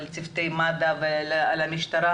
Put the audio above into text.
לצוותי מד"א ולמשטרה,